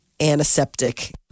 Antiseptic